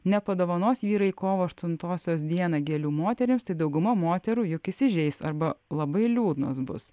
nepadovanos vyrai kovo aštuntosios dieną gėlių moterims dauguma moterų juk įsižeis arba labai liūdnos bus